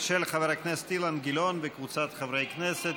של חבר הכנסת אילן גילאון וקבוצת חברי הכנסת,